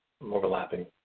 overlapping